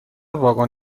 واگن